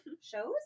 shows